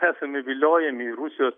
esame viliojami rusijos